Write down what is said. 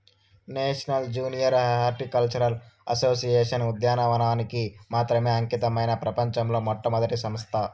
national junior horticultural association ఉద్యానవనానికి మాత్రమే అంకితమైన ప్రపంచంలో మొట్టమొదటి సంస్థ